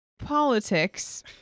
politics